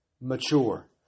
mature